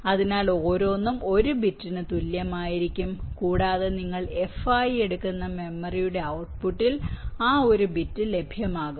അതിനാൽ ഓരോന്നും ഒരു ബിറ്റിന് തുല്യമായിരിക്കും കൂടാതെ നിങ്ങൾ F ആയി എടുക്കുന്ന മെമ്മറിയുടെ ഔട്ട്പുട്ടിൽ ആ ഒരു ബിറ്റ് ലഭ്യമാകും